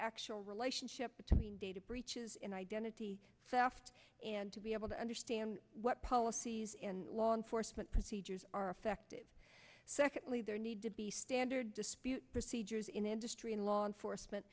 actual relationship between data breaches in identity theft and to be able to understand what policies and law enforcement procedures are effective secondly there need to be standard dispute procedures in industry and law enforcement